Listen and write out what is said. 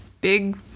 big